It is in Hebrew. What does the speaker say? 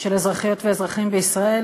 של אזרחיות ואזרחים בישראל,